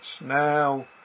Now